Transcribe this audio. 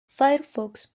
firefox